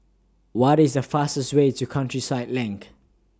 What IS The fastest Way to Countryside LINK